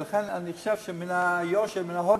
לכן, אני חושב שמן היושר, מן ההגינות,